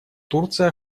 турция